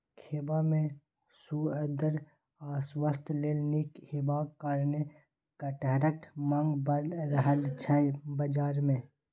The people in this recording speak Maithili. खेबा मे सुअदगर आ स्वास्थ्य लेल नीक हेबाक कारणेँ कटहरक माँग बड़ रहय छै बजार मे